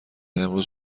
امروز